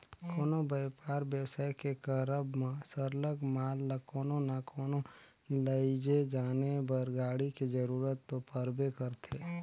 कोनो बयपार बेवसाय के करब म सरलग माल ल कोनो ना कोनो लइजे लाने बर गाड़ी के जरूरत तो परबे करथे